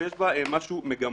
ויש בה משהו מגמתי.